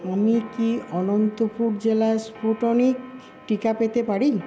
আমি কি অনন্তপুর জেলায় স্পুটনিক টিকা পেতে পারি